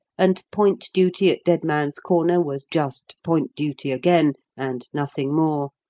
and point duty at dead man's corner was just point duty again and nothing more,